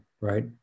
right